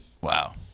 Wow